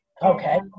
Okay